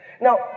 Now